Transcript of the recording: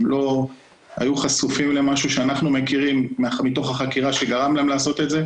הם צריכים להגיע לכאן, לוועדה הזאת?